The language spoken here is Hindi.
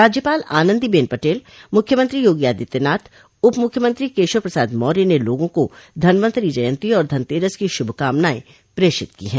राज्यपाल आनन्दी बेन पटेल मुख्यमंत्री योगी आदित्यनाथ उप मुख्यमंत्री केशव प्रसाद मौर्य ने लोगों को धनवंतरि जयन्ती और धनतेरस की शूभकामनाएं प्रेषित की है